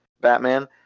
batman